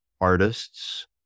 artists